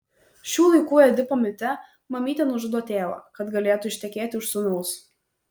šių laikų edipo mite mamytė nužudo tėvą kad galėtų ištekėti už sūnaus